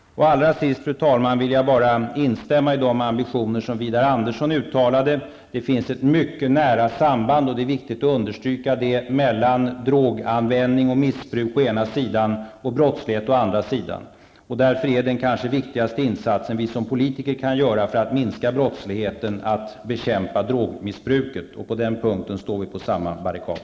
Allra sist, fru talman, vill jag bara instämma i de ambitioner som Widar Andersson uttalade. Det är viktigt att understryka att det finns ett mycket nära samarbete mellan droganvändning och missbruk å ena sidan och brottslighet å andra sidan. Den kanske viktigaste insats vi som politiker kan göra för att minska brottsligheten är därför att bekämpa drogmissbruket. I det avseendet står vi på samma barrikad.